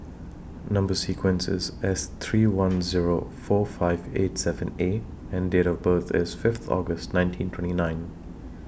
Number sequence IS S three one Zero four five eight seven A and Date of birth IS Fifth August nineteen twenty nine